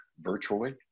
virtually